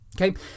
Okay